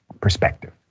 perspective